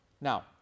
Now